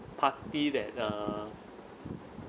party that err